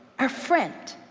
our friend.